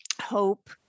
hope